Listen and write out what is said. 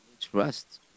trust